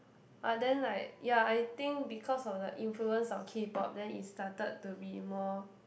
but then like ya I think because of the influence of K pop then it started to be more